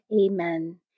Amen